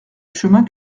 chemin